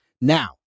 Now